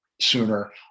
sooner